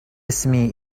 اسمي